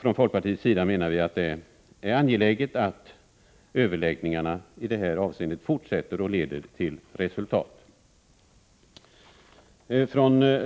Från folkpartiets sida menar vi att det är angeläget att överläggningarna i det här avseendet fortsätter och leder till resultat.